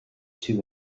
two